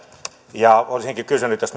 olisinkin kysynyt jos